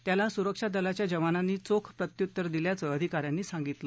त्याला सुरक्षा दलाच्या जवानांनी चोख प्रत्युत्तर दिल्याचं अधिका यांनी सांगितलं